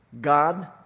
God